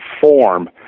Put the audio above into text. form